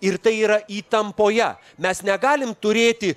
ir tai yra įtampoje mes negalim turėti